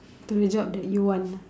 to the job that you want